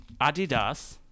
Adidas